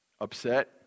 upset